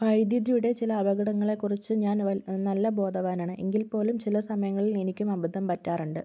വൈദുതിയുടെ ചില അപകടങ്ങളെ കുറിച്ച് ഞാൻ വൽ നല്ല ബോധവാനാണ് എങ്കിൽ പോലും ചില സമയങ്ങളിൽ എനിക്കും അബദ്ധം പറ്റാറുണ്ട്